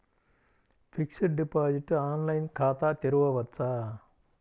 Fixed deposit online ఖాతా తెరువవచ్చా?